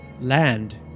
land